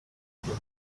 human